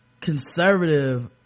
conservative